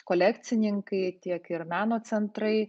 kolekcininkai tiek ir meno centrai